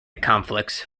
conflicts